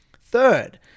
Third